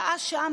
שעה-שעה,